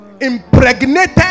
impregnated